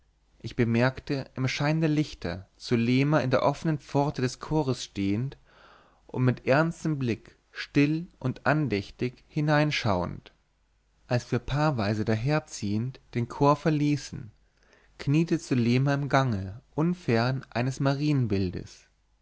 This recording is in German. ich bemerkte im schein der lichter zulema in der offnen pforte des chors stehend und mit ernstem blick still und andächtig hineinschauend als wir paarweise daherziehend den chor verließen kniete zulema im gange unfern eines marienbildes